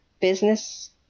business